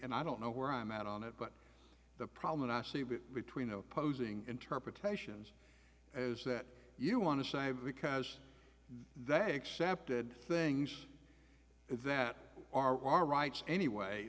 and i don't know where i'm at on it but the problem and i see it between opposing interpretations as that you want to say because they accepted things that are our rights anyway